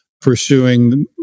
pursuing